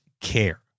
care